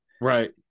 right